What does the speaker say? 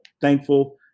thankful